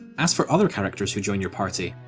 as for other characters who join your party,